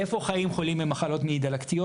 איפה חיים חולים במחלות מעי דלקתיות?